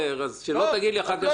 אז שלא תגיד אחר כך שלא הגעת